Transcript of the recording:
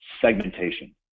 segmentation